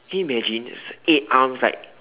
can you imagine eight arms like